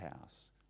house